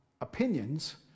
opinions